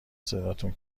صداتون